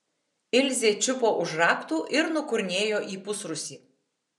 ilzė čiupo už raktų ir nukurnėjo į pusrūsį